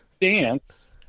dance